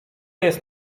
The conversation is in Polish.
jest